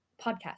podcast